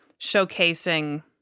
showcasing